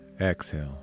exhale